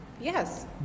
Yes